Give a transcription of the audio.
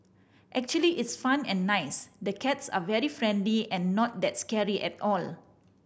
actually it's fun and nice the cats are very friendly and not that scary at all